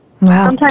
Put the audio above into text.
Wow